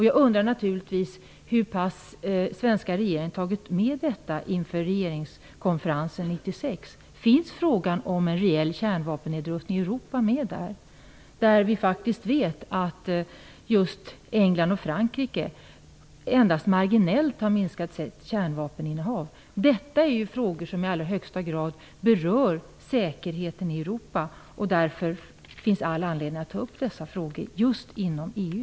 Jag undrar naturligtvis hur pass mycket den svenska regeringen har tagit med detta inför regeringskonferensen 1996. Finns frågan om en reell kärnvapennedrustning i Europa med där? Vi vet ju att England och Frankrike endast marginellt har minskat sina kärnvapeninnehav. Det här är frågor som i allra högsta grad berör säkerheten i Europa. Därför finns det all anledning att ta upp de frågorna just inom EU.